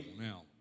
now